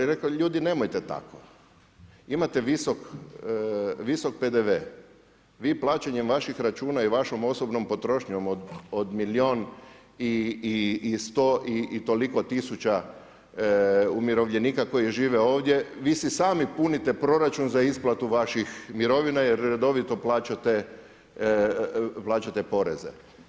I reko, ljudi nemojte tako, imate visok PDV, vi plaćanjem vaših računa i vašom osobnom potrošnjom od milijun i 100 i toliko tisuća umirovljenika koji žive ovdje, vi si sami punite proračun za isplatu vaših mirovina jer redovito plaćate poreze.